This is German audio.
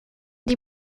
die